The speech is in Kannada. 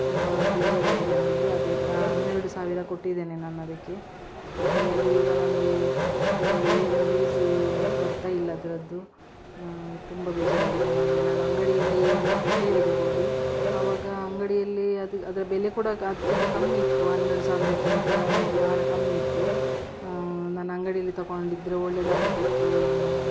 ತುಂಬ ಬೇಜಾರಾಗಿದೆ ನನಗೆ ಅದರ ಹನ್ನೆರಡು ಸಾವಿರ ಕೊಟ್ಟಿದ್ದೇನೆ ನಾನು ಅದಕ್ಕೆ ಆದರೆ ಅದು ಈಗ ನನಗೆ ಏನು ಯೂಸ್ ಬರ್ತಾ ಇಲ್ಲ ಅದರದ್ದು ತುಂಬ ಬೇಜಾರಾಗಿದೆ ನನಗೆ ನಾನು ಅಂಗಡಿಯಲ್ಲಿ ಮತ್ತೆ ಕೇಳಿದೆ ಹೋಗಿ ಅವಾಗ ಅಂಗಡಿಯಲ್ಲಿ ಅದು ಅದರ ಬೆಲೆ ಕೂಡ ಕ ಅದಕ್ಕಿಂತ ಕಮ್ಮಿ ಇತ್ತು ಹನ್ನೆರಡು ಸಾವಿರಕ್ಕಿಂತ ಬಹಳ ಕಮ್ಮಿ ಇತ್ತು ನಾನು ಅಂಗಡಿಯಲ್ಲಿ ತಕೊಂಡಿದ್ದರೆ ಒಳ್ಳೆಯದಾಗುತ್ತಿತ್ತೋ ಏನೋ